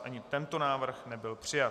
Ani tento návrh nebyl přijat.